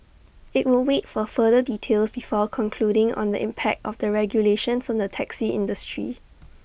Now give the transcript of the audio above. IT will wait for further details before concluding on the impact of the regulations on the taxi industry